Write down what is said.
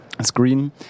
Screen